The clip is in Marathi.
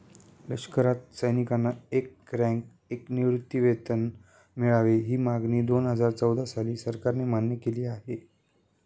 लष्करात सैनिकांना एक रँक, एक निवृत्तीवेतन मिळावे, ही मागणी दोनहजार चौदा साली सरकारने मान्य केली आहे